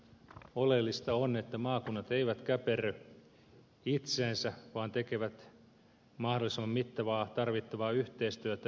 oleellista on että maakunnat eivät käperry itseensä vaan tekevät mahdollisimman mittavaa tarvittavaa yhteistyötä ympäristönsä kanssa